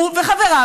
הוא וחבריו,